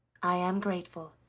i am grateful,